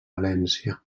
valència